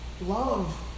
love